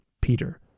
peter